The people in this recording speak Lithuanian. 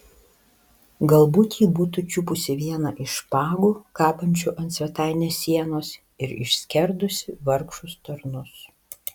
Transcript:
galbūt ji būtų čiupusi vieną iš špagų kabančių ant svetainės sienos ir išskerdusi vargšus tarnus